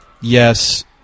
yes